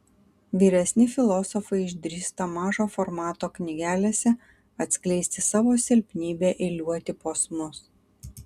vyresni filosofai išdrįsta mažo formato knygelėse atskleisti savo silpnybę eiliuoti posmus